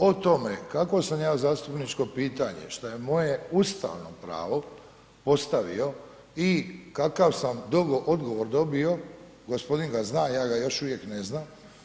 O tome kako sam ja zastupničko pitanje šta je moje ustavno pravo postavio i kakav sam odgovor dobio, gospodin ga zna ja ga još uvijek ne znam.